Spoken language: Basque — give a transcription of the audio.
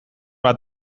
bat